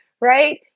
right